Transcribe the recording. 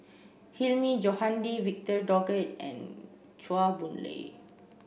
Hilmi Johandi Victor Doggett and Chua Boon Lay